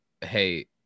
hey